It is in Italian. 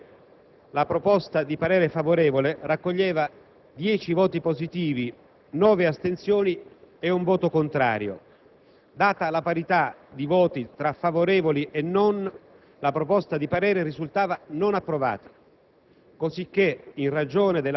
All'atto della votazione, la proposta di parere favorevole raccoglieva dieci voti positivi, nove astensioni e un voto contrario. Data la parità di voti tra favorevoli e non, la proposta di parere risultava non approvata,